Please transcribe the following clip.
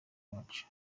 bacu